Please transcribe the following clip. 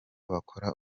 bakora